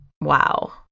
wow